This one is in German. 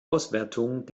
auswertung